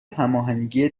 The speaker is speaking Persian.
هماهنگی